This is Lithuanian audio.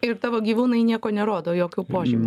ir tavo gyvūnai nieko nerodo jokių požymių